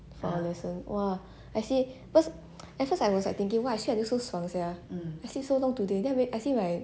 for our lesson !wah! I see first at first I was like thinking !wah! I was sleeping until so 爽 sia I sleep so long today then I wake I see my